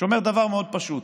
שאומר דבר מאוד פשוט: